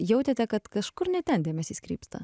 jautėte kad kažkur ne ten dėmesys krypsta